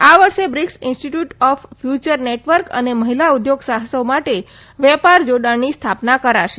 આ વર્ષ BRICS institute of future network અને મહિલા ઉદ્યોગ સાહસો માટેવેપાર જોડાણની સ્થાપના કરાશે